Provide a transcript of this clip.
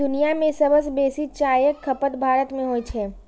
दुनिया मे सबसं बेसी चायक खपत भारत मे होइ छै